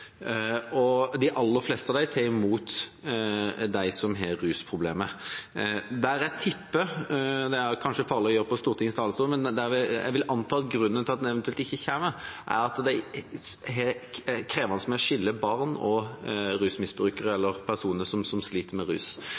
og de aller fleste av dem tar imot dem som har rusproblemer. Jeg tipper, noe som kanskje er farlig å gjøre på Stortingets talerstol – men jeg vil anta at grunnen til at den eventuelt ikke kommer, er at det er krevende å skille barn og rusmisbrukere eller personer som sliter med rus.